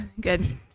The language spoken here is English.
Good